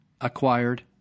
acquired